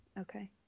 Okay